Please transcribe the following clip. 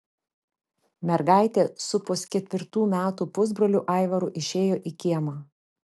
mergaitė su pusketvirtų metų pusbroliu aivaru išėjo į kiemą